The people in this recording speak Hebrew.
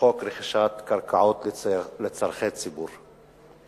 חוק רכישת קרקעות לצורכי ציבור.